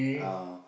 uh